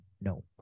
no